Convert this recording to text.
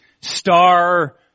star